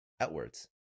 outwards